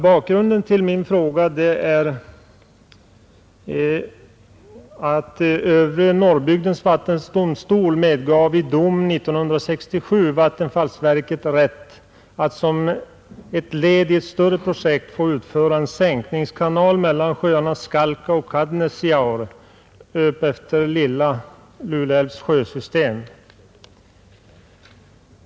Bakgrunden till frågan är den att Övre Norrbygdens vattendomstol medgav i dom 1967 vattenfallsverket rätt att som ett led i ett större projekt utföra en sänkningskanal mellan sjöarna Skalka och Katnesjaur efter Lilla Lule älvs sjösystem.